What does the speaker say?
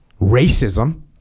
racism